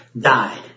died